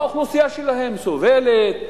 האוכלוסייה שלהם סובלת,